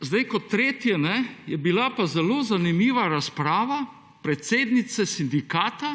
zdaj? Kot tretje je bila zelo zanimiva razprava predsednice sindikata,